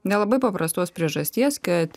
dėl labai paprastos priežasties kad